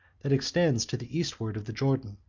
that extends to the eastward of the jordan.